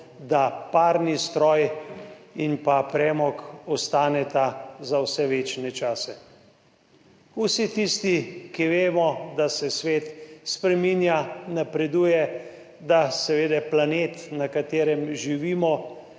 da parni stroj in premog ostaneta za vse večne čase. Vsi tisti, ki vemo, da se svet spreminja, napreduje, vemo, da seveda planet, na katerem živimo,